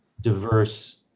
diverse